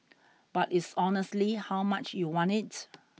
but it's honestly how much you want it